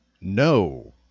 No